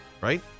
right